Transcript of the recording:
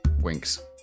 winks